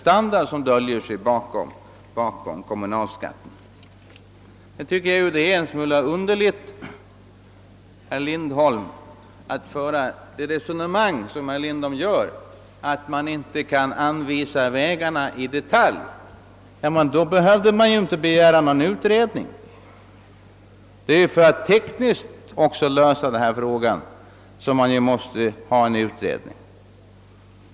Sedan tycker jag nog att det är litet underligt med herr Lindholms anmärkning att vi inte anvisar vilka vägar man bör gå. Kunde vi göra det, erfordrades det inte någon utredning. Det är för att finna de tekniska lösningarna som man behöver företa en utredning.